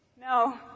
No